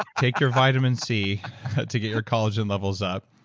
take your vitamin c to get your collagen levels up,